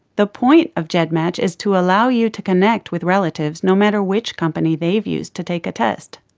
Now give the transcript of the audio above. the point of gedmatch is to allow you to connect with relatives no matter which company they've used to take a test.